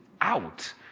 out